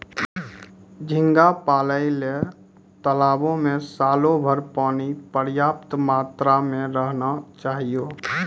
झींगा पालय ल तालाबो में सालोभर पानी पर्याप्त मात्रा में रहना चाहियो